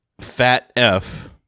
FATF